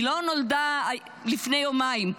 היא לא נולדה לפני יומיים.